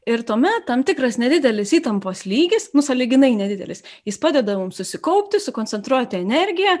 ir tuomet tam tikras nedidelis įtampos lygis nu sąlyginai nedidelis jis padeda mums susikaupti sukoncentruoti energiją